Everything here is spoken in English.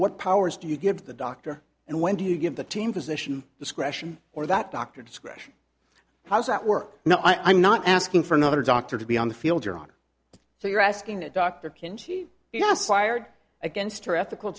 what powers do you give the doctor and when do you give the team physician discretion or that doctor discretion how's that work now i'm not asking for another doctor to be on the field you're on so you're asking a doctor can she be just fired against her ethical